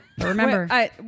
Remember